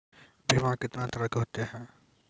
बीमा कितने तरह के होते हैं?